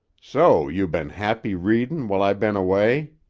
so you been happy readin' while i been away?